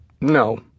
no